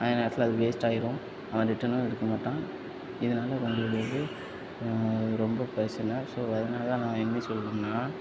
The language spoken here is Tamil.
அதே நேரத்தில் அது வேஸ்ட்டாயிரும் அவன் ரிட்டனும் எடுக்க மாட்டான் இதனால உங்களுக்கு வந்து ரொம்ப பெர்ஸ்னலாக ஸோ அதனால தான் நான் என்ன சொல்லுறேன்னா